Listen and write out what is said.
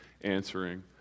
answering